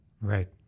right